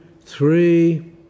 three